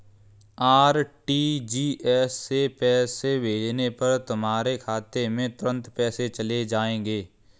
RTGS से पैसे भेजने पर तुम्हारे खाते में तुरंत पैसे चले जाएंगे